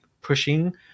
pushing